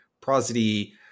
prosody